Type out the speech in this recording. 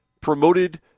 promoted